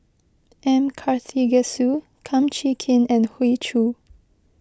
M Karthigesu Kum Chee Kin and Hoey Choo